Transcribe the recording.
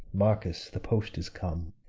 marcus, the post is come.